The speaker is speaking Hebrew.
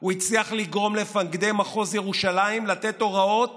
הוא הצליח לגרום למפקדי מחוז ירושלים לתת הוראות